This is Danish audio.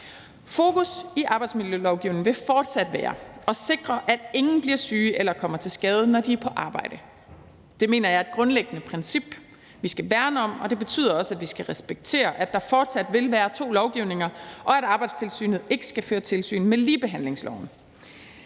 Fokus i arbejdsmiljølovgivningen vil fortsat være på at sikre, at ingen bliver syge eller kommer til skade, når de er på arbejde. Det mener jeg er et grundlæggende princip, som vi skal værne om, og det betyder også, at vi skal respektere, at der fortsat vil være to lovgivninger, og at Arbejdstilsynet ikke skal føre tilsyn med, om ligebehandlingsloven